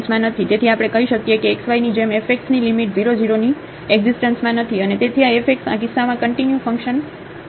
તેથી આપણે કહી શકીએ કે x y ની જેમ f x ની લિમિટ 0 0 ની એકઝીસ્ટન્સમાં નથી અને તેથી આ f x આ કિસ્સામાં કંટીન્યુ ફંકશનરત નથી